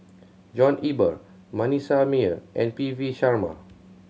John Eber Manasseh Meyer and P V Sharma